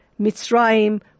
Mitzrayim